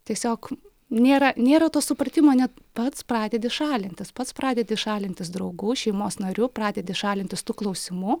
tiesiog nėra nėra to supratimo net pats pradedi šalintis pats pradedi šalintis draugų šeimos narių pradedi šalintis tų klausimų